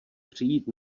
přijít